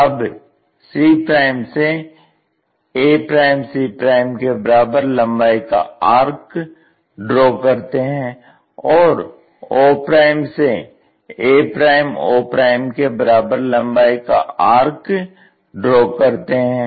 अब c से ac के बराबर लंबाई का आर्क ड्रॉ करते हैं और o से ao के बराबर लंबाई का आर्क ड्रॉ करते हैं